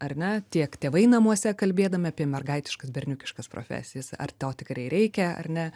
ar ne tiek tėvai namuose kalbėdami apie mergaitiškas berniukiškas profesijas ar tau tikrai reikia ar ne